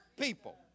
people